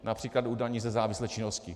Například u daní ze závislé činnosti.